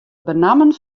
benammen